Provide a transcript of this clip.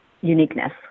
uniqueness